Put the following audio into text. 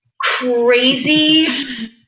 crazy